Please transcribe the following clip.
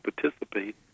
participate